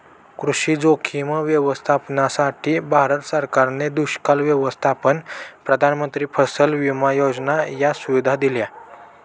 कृषी जोखीम व्यवस्थापनासाठी, भारत सरकारने दुष्काळ व्यवस्थापन, प्रधानमंत्री फसल विमा योजना या सुविधा दिल्या